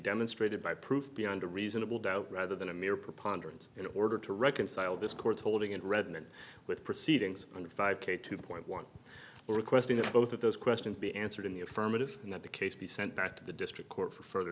demonstrated by proof beyond a reasonable doubt rather than a mere preponderance in order to reconcile this court's holding and resonant with proceedings on the five k two point one requesting that both of those questions be answered in the affirmative and that the case be sent back to the district court for further